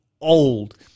old